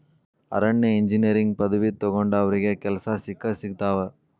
ಅರಣ್ಯ ಇಂಜಿನಿಯರಿಂಗ್ ಪದವಿ ತೊಗೊಂಡಾವ್ರಿಗೆ ಕೆಲ್ಸಾ ಸಿಕ್ಕಸಿಗತಾವ